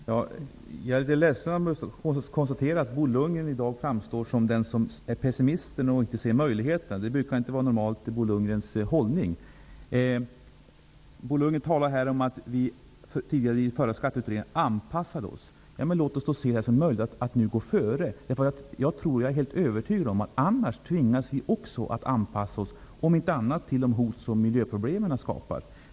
Fru talman! Jag är litet ledsen över att behöva konstatera att Bo Lundgren i dag framstår som pessimisten som inte ser möjligheterna. Det brukar normalt sett inte vara Bo Lundgrens hållning. Bo Lundgren talar här om att vi i den förra skatteutredningen anpassade oss. Låt oss nu se om det är möjligt att gå före. Jag är helt övertygad om att vi annars tvingas att anpassa oss, om inte annat på grund av de hot som miljöproblemen skapar.